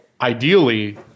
ideally